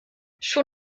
schon